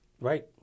Right